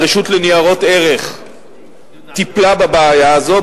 הרשות לניירות ערך טיפלה בבעיה הזאת,